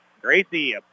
Gracie